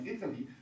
Italy